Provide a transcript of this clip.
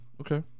okay